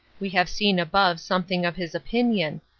we have seen above something of his opinion.